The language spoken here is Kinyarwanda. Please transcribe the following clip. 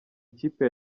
ikipe